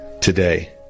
today